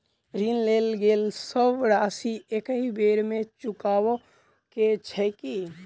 ऋण लेल गेल सब राशि एकहि बेर मे चुकाबऽ केँ छै की?